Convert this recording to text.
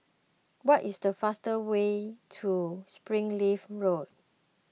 what is the fastest way to Springleaf Road